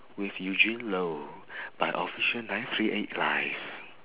with eugene loh by official nine three eight live